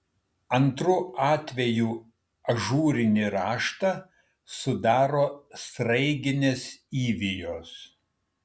antru atvejų ažūrinį raštą sudaro sraiginės įvijos